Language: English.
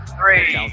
three